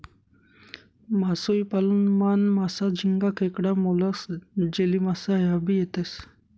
मासोई पालन मान, मासा, झिंगा, खेकडा, मोलस्क, जेलीमासा ह्या भी येतेस